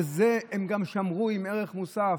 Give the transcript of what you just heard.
ואת זה הם גם שמרו עם ערך מוסף.